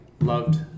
loved